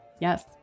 Yes